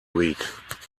week